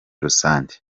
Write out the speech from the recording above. rusange